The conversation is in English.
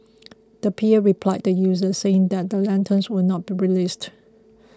the P A replied the users saying that the lanterns would not be released